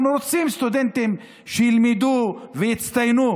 אנחנו רוצים סטודנטים שילמדו ויצטיינו,